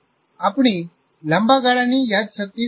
તેથી આપણી લાંબા ગાળાની યાદશક્તિ શું છે